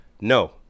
no